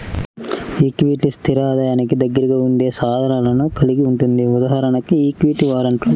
ఈక్విటీలు, స్థిర ఆదాయానికి దగ్గరగా ఉండే సాధనాలను కలిగి ఉంటుంది.ఉదాహరణకు ఈక్విటీ వారెంట్లు